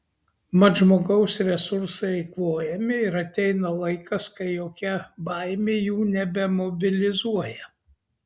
mat žmogaus resursai eikvojami ir ateina laikas kai jokia baimė jų nebemobilizuoja